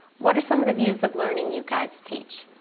what are some of the views of learning you guys teach?